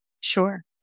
Sure